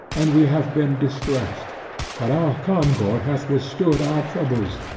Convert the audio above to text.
and we have been distressed but our concord hath withstood our troubles,